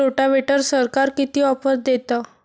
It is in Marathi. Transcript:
रोटावेटरवर सरकार किती ऑफर देतं?